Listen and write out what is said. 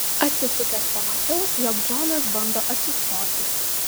atsisukęs pamačiau jog džonas bando atsistoti